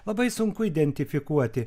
labai sunku identifikuoti